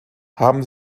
haben